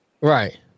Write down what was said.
Right